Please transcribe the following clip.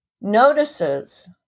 notices